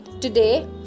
today